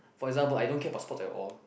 for example I don't care about sports at all